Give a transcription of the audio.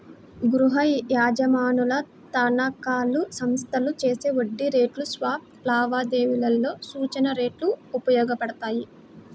గృహయజమానుల తనఖాలు, సంస్థలు చేసే వడ్డీ రేటు స్వాప్ లావాదేవీలలో సూచన రేట్లు ఉపయోగపడతాయి